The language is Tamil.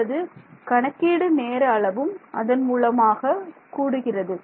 உங்களது கணக்கீடு நேர அளவும் அதன் மூலமாக கூடுகிறது